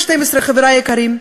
חברי היקרים,